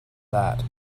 that